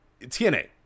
TNA